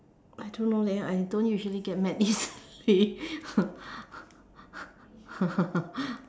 I don't know leh I don't usually get mad easily